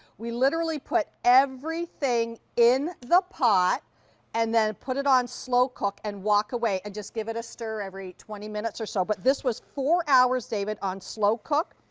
we literally put everything in the pot and then put it on slow cook and walk away and just give it a stir every twenty minutes or so. but this was four hours, david, on slow cook.